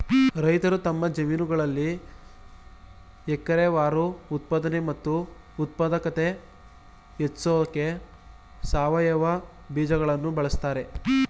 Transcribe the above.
ರೈತರು ತಮ್ಮ ಜಮೀನುಗಳಲ್ಲಿ ಎಕರೆವಾರು ಉತ್ಪಾದನೆ ಮತ್ತು ಉತ್ಪಾದಕತೆ ಹೆಚ್ಸೋಕೆ ಸಾವಯವ ಬೀಜಗಳನ್ನು ಬಳಸ್ತಾರೆ